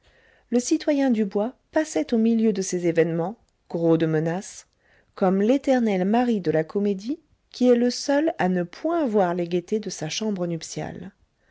le citoyen dubois passait au milieu de ces événements gros de menaces comme l'éternel mari de la comédie qui est le seul à ne point voir les gaietés de sa chambre nuptiale